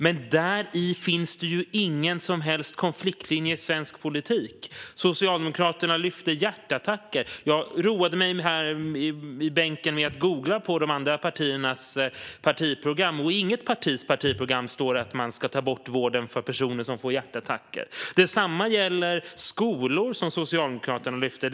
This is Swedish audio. Men däri finns det ingen som helst konfliktlinje i svensk politik! Socialdemokraterna lyfte fram frågan om hjärtattacker. Jag roade mig i bänken med att googla på de andra partiernas partiprogram, och i inget av dem står det att man ska ta bort vården för personer som får en hjärtattack. Detsamma gäller skolor, som Socialdemokraterna lyfte.